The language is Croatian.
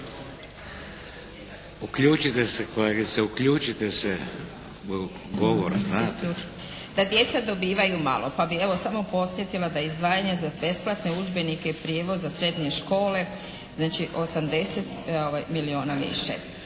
Uključite se kolegice. **Lelić, Ruža (HDZ)** Da djeca dobivaju malo, pa bi evo samo podsjetila da izdvajanje za besplatne udžbenike i prijevoz za srednje škole, znači 80 milijuna više